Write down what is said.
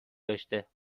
داشته